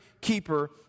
keeper